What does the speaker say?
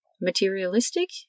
Materialistic